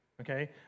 okay